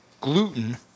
gluten